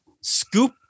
scoop